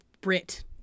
Brit